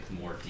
more